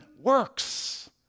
works